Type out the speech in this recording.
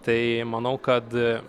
tai manau kad